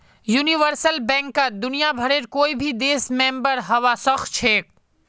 universal बैंकत दुनियाभरेर कोई भी देश मेंबर हबा सखछेख